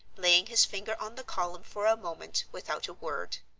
laying his finger on the column for a moment without a word.